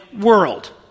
world